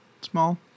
small